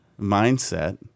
mindset